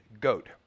goat